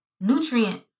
nutrient